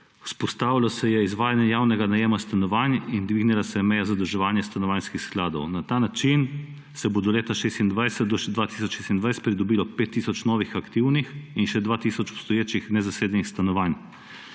vzpostavilo se je izvajanje javnega najema stanovanj in dvignila se je meja zadolževanja stanovanjskih skladov. Na ta način se bo do leta 2026 pridobilo pet tisoč novih aktivnih in še dva tisoč obstoječih nezasedenih stanovanj.